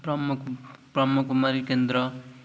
ବ୍ରହ୍ମ ବ୍ରହ୍ମ କୁମାରୀ କେନ୍ଦ୍ର